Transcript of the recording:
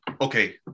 okay